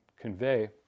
convey